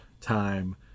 time